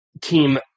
team